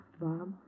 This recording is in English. Bob